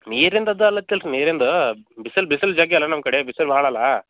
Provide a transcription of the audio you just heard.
ನೀರಿಂದು ಅದು ಆಲೋಚೆ ಅಲ್ಲರಿ ನೀರಿಂದು ಬಿಸಿಲು ಬಿಸಿಲು ಜಗೆ ಅಲ್ಲಾ ನಮ್ಮ ಕಡೆ ಬಿಸಿಲು ಭಾಳಲ್ಲಾ